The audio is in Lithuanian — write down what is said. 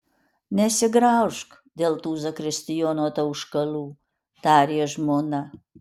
nesigraužk dėl tų zakristijono tauškalų tarė žmona